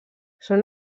són